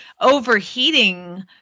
overheating